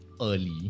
early